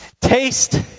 Taste